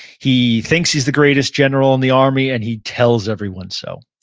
he thinks he's the greatest general in the army, and he tells everyone so.